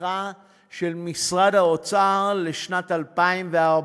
הצמיחה של משרד האוצר לשנת 2014,